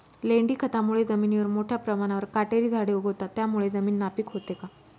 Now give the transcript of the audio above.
लेंडी खतामुळे जमिनीवर मोठ्या प्रमाणावर काटेरी झाडे उगवतात, त्यामुळे जमीन नापीक होते का?